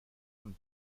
von